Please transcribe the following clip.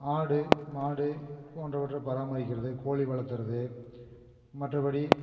ஆடு மாடு போன்றவற்றை பராமரிக்கிறது கோழி வளத்துறது மற்றபடி